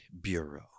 bureau